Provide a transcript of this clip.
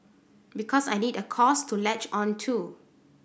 because I need a cause to latch on to